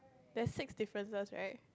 there's six differences right